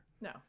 No